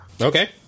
okay